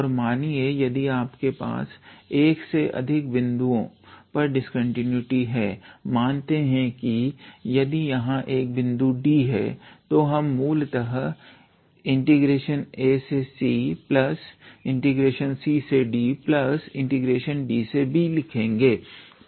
और मानीये यदि आपके पास एक से अधिक बिंदुओं पर डिस्कंटीन्यूटी है मानते हैं कि यदि यहां एक बिंदु d है तो हम मूलतः accddb लिखेंगे